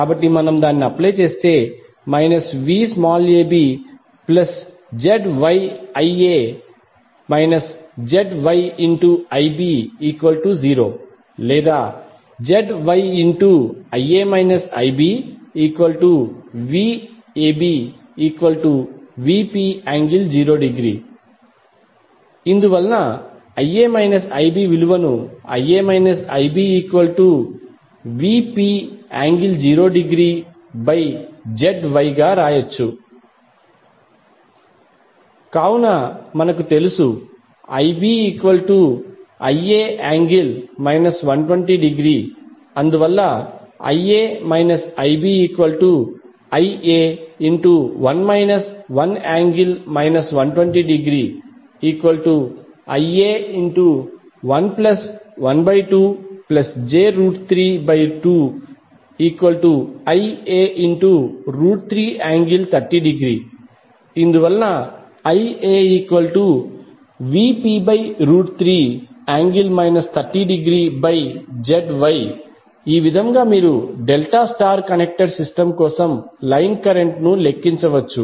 కాబట్టి మనము అప్లై చేస్తే VabZYIa ZYIb0 లేదా ZYVabVp∠0° ఇందువలన Ia IbVp∠0°ZY కావున మనకు తెలుసు IbIa∠ 120° అందువలన Ia IbIa1 1∠ 120° Ia112j32Ia3∠30° ఇందువలన IaVp3∠ 30°ZY ఈ విధంగా మీరు delta star connected system కోసం లైన్ కరెంట్ను లెక్కించవచ్చు